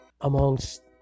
amongst